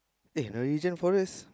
eh norwegian forest